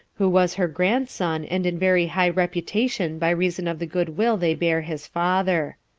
who was her grandson, and in very high reputation by reason of the good-will they bare his father.